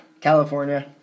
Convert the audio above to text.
California